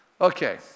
Okay